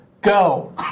Go